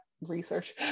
research